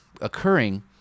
occurring